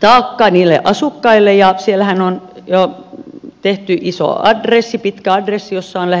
taakka niille asukkaille ja siellähän on tehty iso adressi pitkä adressi jossa on lähes tuhat nimeä